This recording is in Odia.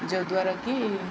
ଯେଉଁ ଦ୍ୱାରା କି